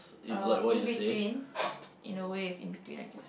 uh in between in a way is in between I guess